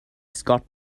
scott